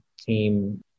team